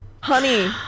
Honey